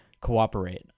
cooperate